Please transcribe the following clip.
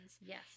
Yes